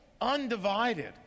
undivided